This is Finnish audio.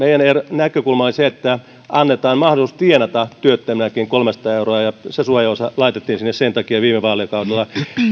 on se että annetaan mahdollisuus tienata työttömänäkin kolmesataa euroa ja se suojaosa laitettiin sinne sen takia viime vaalikaudella